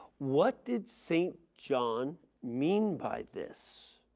what did st. john mean by this?